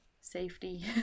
safety